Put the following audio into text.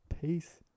Peace